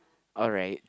alright